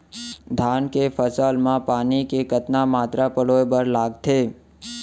धान के फसल म पानी के कतना मात्रा पलोय बर लागथे?